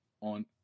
on